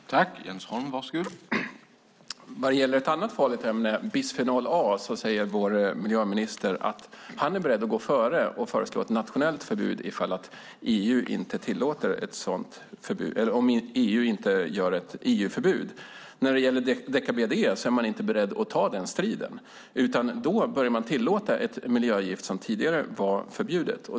Herr talman! När det gäller ett annat farligt ämne, bisfenol A, säger miljöministern att han är beredd att gå före och föreslå ett nationellt förbud om inte EU inför ett EU-förbud. När det gäller deka-BDE är man inte beredd att ta den striden utan tillåter ett miljögift som tidigare var förbjudet.